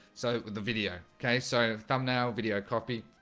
so the video okay, so thumbnail video copy?